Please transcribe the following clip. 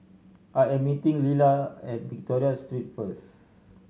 I am meeting Lila at Victoria Street first